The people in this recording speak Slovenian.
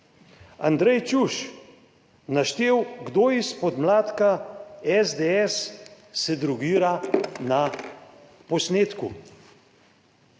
Andrej Čuš naštel, kdo iz podmladka SDS se drogira na posnetku.